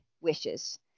wishes